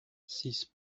six